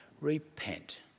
repent